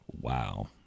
Wow